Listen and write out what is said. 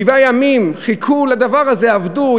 שבעה ימים חיכו לדבר הזה: עבדו,